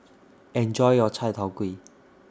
Enjoy your Chai Tow Kuay